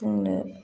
जोंनो